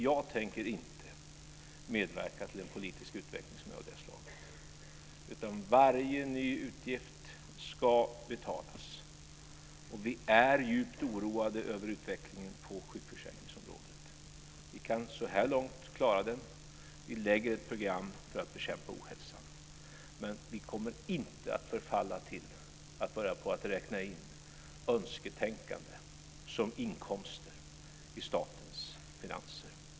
Jag tänker inte medverka till en politisk utveckling som är av det slaget, utan varje ny utgift ska betalas, och vi är djupt oroade över utvecklingen på sjukförsäkringsområdet. Vi kan så här långt klara den. Vi lägger fram ett program för att bekämpa ohälsan. Men vi kommer inte att förfalla till att börja räkna in önsketänkande som inkomster i statens finanser.